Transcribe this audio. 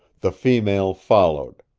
the female followed.